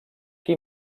que